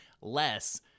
less